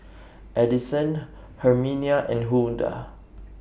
Adyson Herminia and Hulda